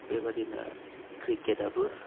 बेबादिनो क्रिकेटआबो